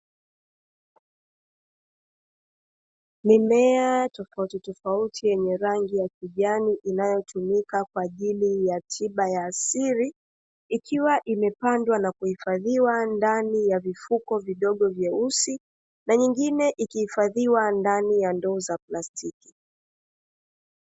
Mimea tofautitofauti yenye rangi ya kijani inayotumika kwa ajili ya tiba ya asili, ikiwa imepandwa na kuhifadhiwa ndani ya vifuko vidogo vyeusi na nyingine ikihifadhiwa ndani ya ndoo za plastiki.